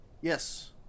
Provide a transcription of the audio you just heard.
Yes